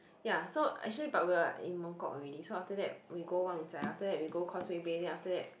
ya so actually but we are in Mongkok already so after that we go Wangzai after that we go Causeway Bay then after that